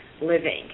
living